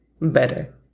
better